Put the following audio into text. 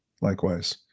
Likewise